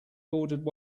ordered